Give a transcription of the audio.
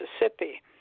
Mississippi